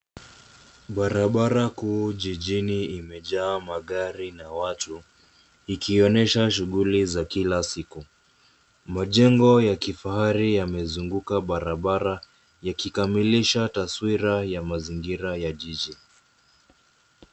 Barabara kuu jijini imejaa magari na watu, ikionyesha shughuli za kila siku. Majengo ya kifahari yamezunguka barabara yakikamilisha taswira ya mazingira ya jiji.